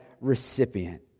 recipient